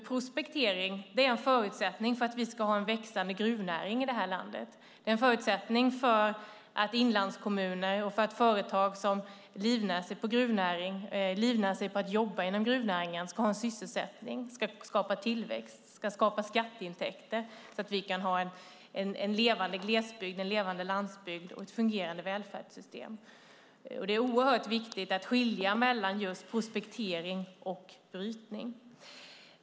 Prospektering är en förutsättning för att ha en växande gruvnäring i det här landet, en förutsättning för att inlandskommuner och företag som livnär sig på jobb inom gruvnäringen ska ha sysselsättning, skapa tillväxt och skapa skatteintäkter så att vi kan ha en levande glesbygd och en levande landsbygd samt fungerande välfärdssystem. Det är oerhört viktigt att skilja mellan just prospektering och brytning.